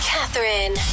Catherine